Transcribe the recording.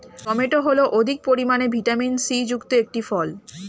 tomato হল অধিক পরিমাণে ভিটামিন সি যুক্ত একটি ফল